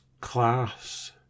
class